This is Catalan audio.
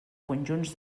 conjunts